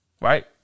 Right